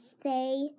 say